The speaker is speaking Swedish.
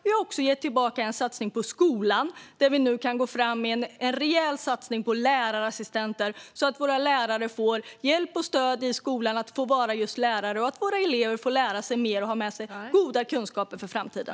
Vi har också gett tillbaka en satsning på skolan, där vi nu kan gå fram med en rejäl satsning på lärarassistenter så att våra lärare får hjälp och stöd i skolan att få vara just lärare och så att våra elever får lära sig mer och ha med sig goda kunskaper inför framtiden.